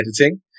editing